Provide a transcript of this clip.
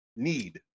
need